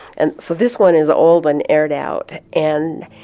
and so this one is old and aired out. and